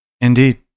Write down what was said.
Indeed